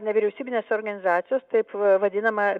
nevyriausybinės organizacijos taip vadinama